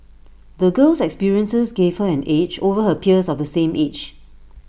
the girl's experiences gave her an edge over her peers of the same age